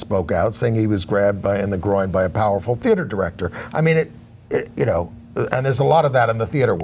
spoke out saying he was grabbed by in the groin by a powerful theater director i mean it you know there's a lot of that in the theater